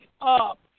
up